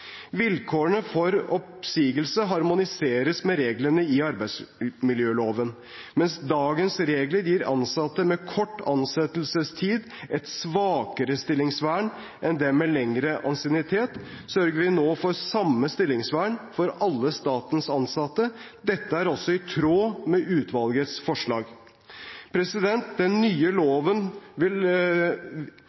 Vilkårene for oppsigelse harmoniseres med reglene i arbeidsmiljøloven. Mens dagens regler gir ansatte med kort ansettelsestid et svakere stillingsvern enn dem med lengre ansiennitet, sørger vi nå for samme stillingsvern for alle statens ansatte. Dette er også i tråd med utvalgets forslag. Med den nye loven vil